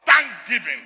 Thanksgiving